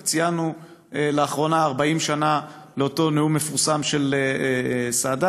רק לאחרונה ציינו 40 שנה לאותו נאום מפורסם של סאדאת,